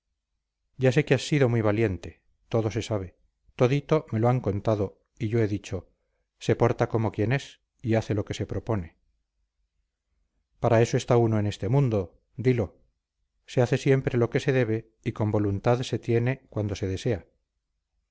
ya sé que has sido muy valiente todo se sabe todito me lo han contado y yo he dicho se porta como quien es y hace lo que se propone para eso está uno en este mundo dilo se hace siempre lo que se debe y con voluntad se tiene cuanto se desea